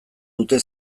dute